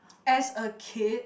as a kid